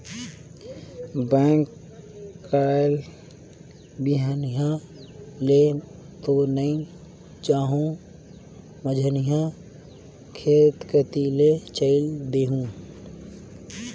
bank कायल बिहन्हा ले तो नइ जाओं, मझिन्हा खेत कति ले चयल देहूँ